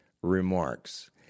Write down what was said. Remarks